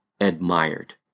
admired